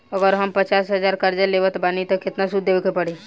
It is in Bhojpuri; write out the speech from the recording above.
अगर हम पचास हज़ार कर्जा लेवत बानी त केतना सूद देवे के पड़ी?